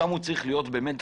שם הוא צריך להיות חד,